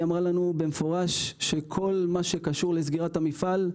היא אמרה לנו במפורש שכל מה שקשור לסגירת המפעל,